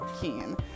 keen